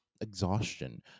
exhaustion